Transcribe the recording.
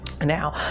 Now